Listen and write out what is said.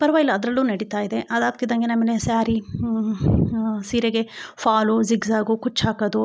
ಪರ್ವಾಗಿಲ್ಲ ಅದರಲ್ಲೂ ನಡೀತಾ ಇದೆ ಅದಾಗ್ತಿದ್ದಂಗೆ ನಮ್ಮ ಮನೆ ಸ್ಯಾರಿ ಸೀರೆಗೆ ಫಾಲು ಝಿಗ್ ಝಗು ಕುಚ್ಚು ಹಾಕೋದು